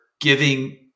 giving